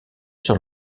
sur